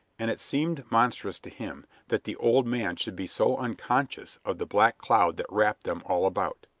and it seemed monstrous to him that the old man should be so unconscious of the black cloud that wrapped them all about.